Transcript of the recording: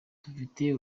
dufite